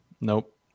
Nope